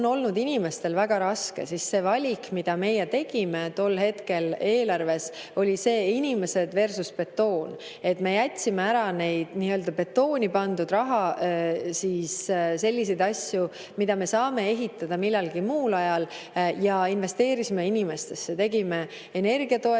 olnud inimestel väga raske, siis see valik, mida me tegime tol hetkel eelarves, oli see: inimesedversusbetoon. Me jätsime ära nii-öelda betooni pandud raha – sellised asjad, mida me saame ehitada millalgi muul ajal – ja investeerisime inimestesse. Tegime energiatoetusi,